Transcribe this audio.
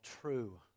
true